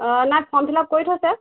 অঁ নাই form fill up কৰি থৈছে